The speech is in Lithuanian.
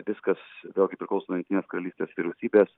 viskas vėlgi priklauso nuo jungtinės karalystės vyriausybės